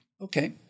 Okay